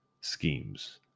schemes